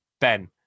Ben